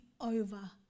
over